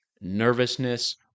nervousness